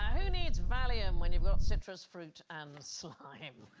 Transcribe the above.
who needs valium when you've got citrus fruit and slime